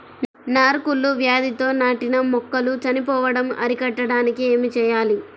నారు కుళ్ళు వ్యాధితో నాటిన మొక్కలు చనిపోవడం అరికట్టడానికి ఏమి చేయాలి?